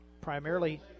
primarily